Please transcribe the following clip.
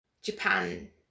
japan